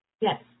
Yes